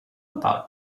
about